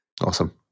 Awesome